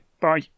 Bye